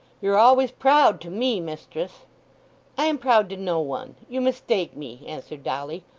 you're always proud to me, mistress i am proud to no one. you mistake me answered dolly.